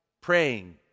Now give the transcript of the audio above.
praying